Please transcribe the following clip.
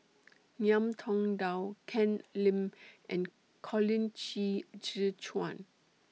Ngiam Tong Dow Ken Lim and Colin Qi Zhe Quan